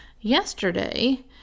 yesterday